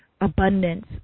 abundance